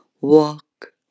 walk